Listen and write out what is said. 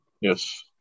Yes